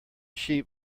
sheep